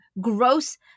gross